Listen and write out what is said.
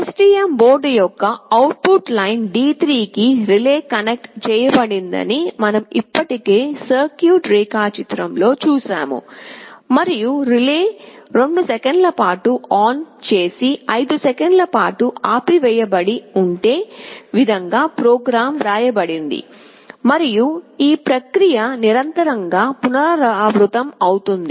STM board యొక్క output line D3 కి relay connect చేయబడిందని మనం ఇప్పటికే సర్క్యూట్ రేఖాచిత్రంలో చూశాము మరియు రిలే 2 సెకన్ల పాటు ఆన్ చేసి 5 సెకన్ల పాటు ఆపివేయబడి ఉండే విధంగా ప్రోగ్రామ్ వ్రాయబడింది మరియు ఈ ప్రక్రియ నిరంతరం గా పునరావృతమవుతుంది